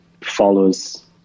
follows